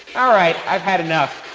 all right, i've had enough.